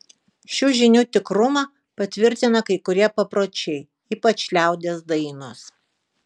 šių žinių tikrumą patvirtina kai kurie papročiai ypač liaudies dainos